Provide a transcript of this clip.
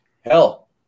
hell